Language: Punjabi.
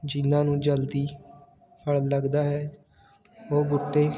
ਜਿਹਨਾਂ ਨੂੰ ਜਲਦੀ ਫਲ ਲੱਗਦਾ ਹੈ ਉਹ ਬੂਟੇ